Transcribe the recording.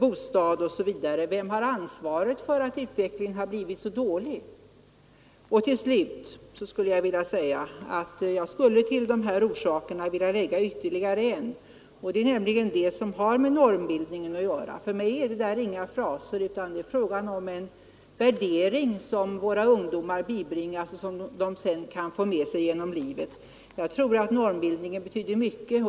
bostaden osv. vill jag också fråga: Vem har ansvaret för att utvecklingen har blivit så dålig? Jag skulle till dessa orsaker vilja lägga ytterligare en, nämligen normbildningen. För mig är det inga fraser utan det är fråga om en värdering som ungdomarna bibringas och som de sedan kan få med sig genom livet. Jag tror att normbildningen betyder mycket.